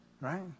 Right